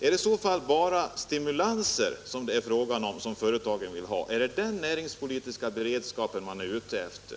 Är det bara stimulanser företagen vill ha? Är det den näringspolitiska beredskapen man är ute efter?